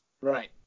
Right